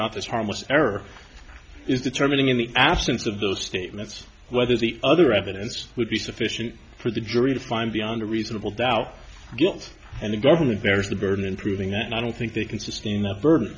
not this harmless error is determining in the absence of those statements whether the other evidence would be sufficient for the jury to find the under reasonable doubt guilt and the government there's the burden in proving that i don't think they can sustain that burden